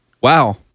Wow